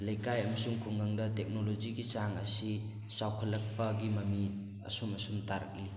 ꯂꯩꯀꯥꯏ ꯑꯃꯁꯨꯡ ꯈꯨꯡꯒꯪꯗ ꯇꯦꯛꯅꯣꯂꯣꯖꯤꯒꯤ ꯆꯥꯡ ꯑꯁꯤ ꯆꯥꯎꯈꯠꯂꯛꯄꯒꯤ ꯃꯃꯤ ꯑꯁꯨꯝ ꯑꯁꯨꯝ ꯇꯥꯔꯛꯂꯤ